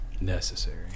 necessary